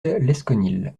lesconil